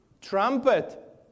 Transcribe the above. trumpet